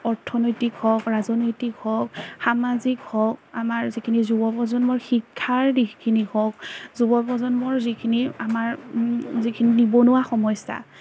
অৰ্থনৈতিক হওক ৰাজনৈতিক হওক সামাজিক হওক আমাৰ যিখিনি যুৱ প্ৰজন্মৰ শিক্ষাৰ দিশখিনি হওক যুৱ প্ৰজন্মৰ যিখিনি আমাৰ যিখিনি নিবনুৱা সমস্যা